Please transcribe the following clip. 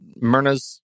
Myrna's